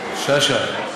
שקלים, שאשא.